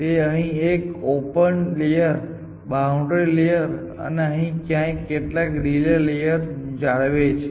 તે અહીં એક ઓપન લેયર બાઉન્ડ્રી લેયર અને અહીં ક્યાંક કેટલાક રિલે લેયર જાળવે છે